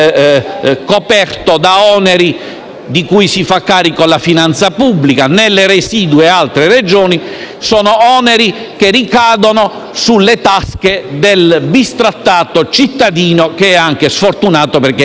di cui si fa carico la finanza pubblica. Nelle residue altre Regioni sono oneri che ricadono sulle tasche del bistrattato cittadino, che è anche sfortunato, perché è paziente in quanto malato.